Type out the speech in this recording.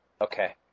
Okay